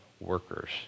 workers